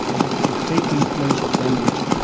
like the taking place of language,